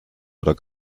oder